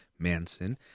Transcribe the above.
Manson